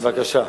מרינה סולודקין,